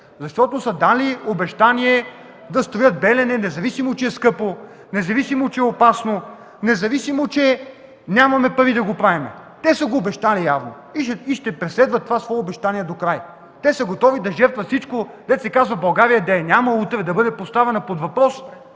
Защото са дали обещание да строят „Белене”, независимо че е скъпо, независимо че е опасно, независимо че нямаме пари да го правим. Те са го обещали явно и ще преследват това свое обещание докрай. Те са готови да жертват всичко, дето се казва България да я няма утре, да бъде поставена под въпрос,